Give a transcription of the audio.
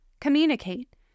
Communicate